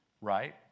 right